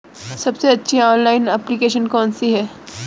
सबसे अच्छी online application कौन सी है?